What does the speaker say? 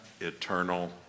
eternal